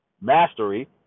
mastery